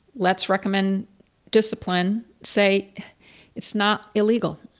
let's recommend discipline, say it's not illegal.